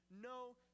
no